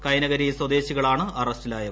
കൈനകരി സ്വദേശികളാണ് അറസ്റ്റിലായവർ